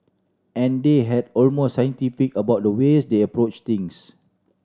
and they had almost scientific about the ways they approach things